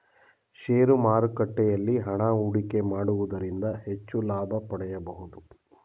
share ಮಾರುಕಟ್ಟೆಯಲ್ಲಿ ಹಣ ಹೂಡಿಕೆ ಮಾಡುವುದರಿಂದ ಹೆಚ್ಚು ಲಾಭ ಪಡೆಯಬಹುದು